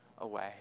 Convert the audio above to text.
away